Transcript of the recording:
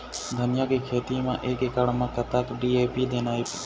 धनिया के खेती म एक एकड़ म कतक डी.ए.पी देना ये?